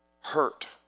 hurt